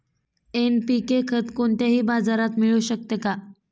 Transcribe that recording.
NPK खत कोणत्याही बाजारात मिळू शकते का?